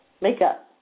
make-up